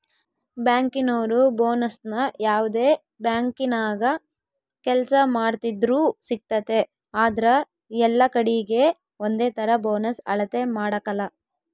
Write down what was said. ಬ್ಯಾಂಕಿನೋರು ಬೋನಸ್ನ ಯಾವ್ದೇ ಬ್ಯಾಂಕಿನಾಗ ಕೆಲ್ಸ ಮಾಡ್ತಿದ್ರೂ ಸಿಗ್ತತೆ ಆದ್ರ ಎಲ್ಲಕಡೀಗೆ ಒಂದೇತರ ಬೋನಸ್ ಅಳತೆ ಮಾಡಕಲ